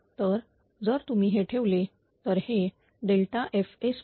तर जर तुम्ही हे ठेवले तर हे F 0